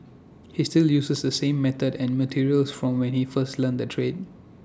he still uses the same method and materials from when he first learnt the trade